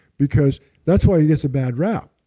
because that's why it gets a bad rap.